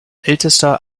ältester